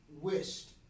wished